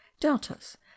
deltas